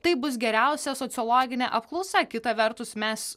tai bus geriausia sociologinė apklausa kita vertus mes